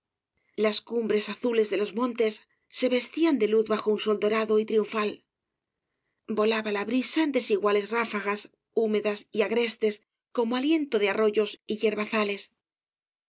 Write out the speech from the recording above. las cumbres azules de los montes se vestían de luz bajo un sol dorado y triunfal volaba la brisa en desiguales ráfagas húmedas y agrestes como aliento de arroyos